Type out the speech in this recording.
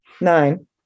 nine